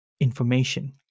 information